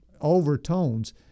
overtones